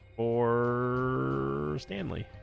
or stanley